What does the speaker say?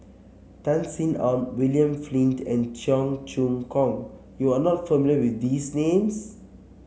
Tan Sin Aun William Flint and Cheong Choong Kong you are not familiar with these names